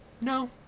No